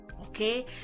Okay